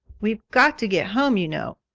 we've got to get home, you know.